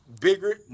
bigger